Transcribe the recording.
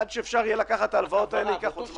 עד שאפשר יהיה לקחת הלוואות ייקח עוד זמן ארוך.